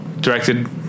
directed